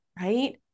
right